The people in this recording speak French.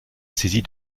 saisie